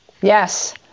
Yes